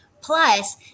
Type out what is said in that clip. plus